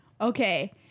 Okay